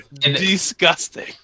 Disgusting